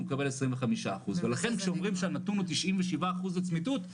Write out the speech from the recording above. הוא מקבל 25 אחוז ולכן שאומרים שהנתון הוא 97 אחוז לצמיתות.